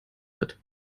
wird